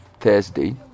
Thursday